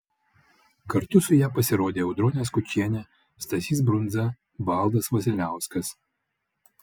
kartu su ja pasirodė audronė skučienė stasys brundza valdas vasiliauskas